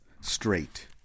straight